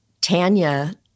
Tanya